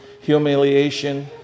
humiliation